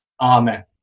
Amen